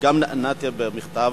וגם נעניתי במכתב,